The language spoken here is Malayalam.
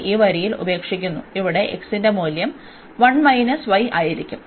ഇവിടെ ഈ വരിയിൽ ഉപേക്ഷിക്കുന്നു ഇവിടെ xന്റെ മൂല്യം ആയിരിക്കും